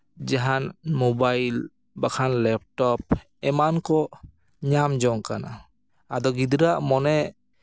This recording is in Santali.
ᱡᱟᱦᱟᱱ ᱢᱳᱵᱟᱭᱤᱞ ᱵᱟᱠᱷᱟᱱ ᱞᱮᱯᱴᱚᱯ ᱮᱢᱟᱱ ᱠᱚ ᱧᱟᱢ ᱡᱚᱝ ᱠᱟᱱᱟ ᱟᱫᱚ ᱜᱤᱫᱽᱨᱟᱹᱣᱟᱜ ᱢᱚᱱᱮ